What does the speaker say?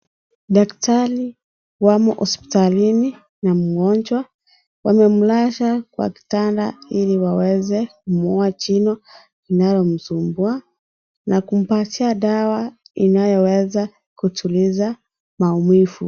Dakatari wamo hospitalini na mgonjwa, wamemlaza kwa kitanda ili waweze kumng'oa jino inayomsumbua na kumpatia dawa inayoweza kutuliza maumivu.